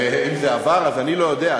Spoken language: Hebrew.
--- אם זה עבר, אז אני לא יודע.